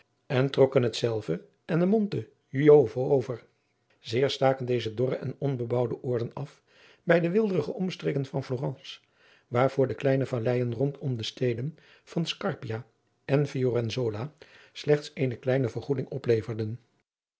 en trokken hetzelve en de monte juovo over zeer staken deze dorre en onbebouwde oorden af bij de weelderige omstreken van florence waarvoor de kleine valleijen rondom de steden van scarpia en fiorenzola slechts eene kleine vergoeding opleverden